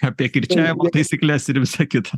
apie kirčiavimo taisykles ir visa kita